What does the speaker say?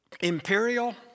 imperial